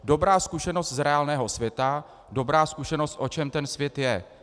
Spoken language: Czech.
Dobrá zkušenost z reálného světa, dobrá zkušenost, o čem ten svět je.